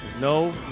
No